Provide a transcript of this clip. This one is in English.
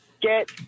get